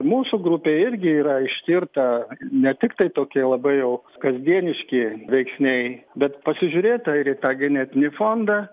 mūsų grupė irgi yra ištirta ne tiktai tokia labai jau kasdieniški veiksniai bet pasižiūrėta ir į tą genetinį fondą